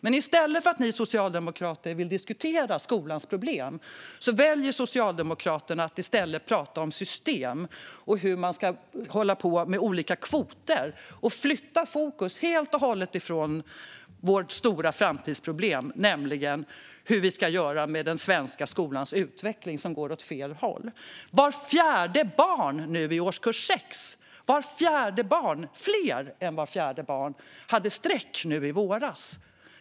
Men i stället för att diskutera skolans problem väljer Socialdemokraterna att prata om system och hur man ska hålla på med olika kvoter och flytta fokus helt och hållet från vårt stora framtidsproblem, nämligen hur vi ska göra med den svenska skolans utveckling som går åt fel håll. Mer än vart fjärde barn i årskurs 6 hade streck i betyget nu i våras.